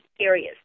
areas